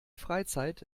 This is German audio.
freizeit